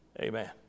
Amen